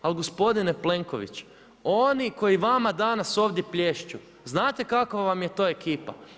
Ali gospodine Plenković oni koji vama danas ovdje plješću znate kakva vam je to ekipa?